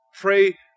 Pray